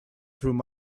through